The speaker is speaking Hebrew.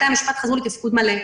בתי המשפט חזרו לתפקוד מלא.